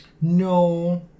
No